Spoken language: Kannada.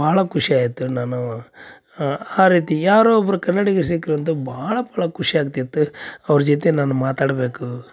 ಭಾಳ ಖುಷಿ ಆಯಿತು ನಾನು ಆ ಆ ರೀತಿ ಯಾರೋ ಒಬ್ರು ಕನ್ನಡಿಗ್ರು ಸಿಕ್ಕರೂ ಅಂತ ಭಾಳ ಭಾಳ ಖುಷಿಯಾಗ್ತಿತ್ತು ಅವ್ರ ಜೊತೆ ನಾನು ಮಾತಾಡಬೇಕು